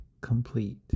complete